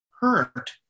hurt